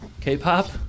K-pop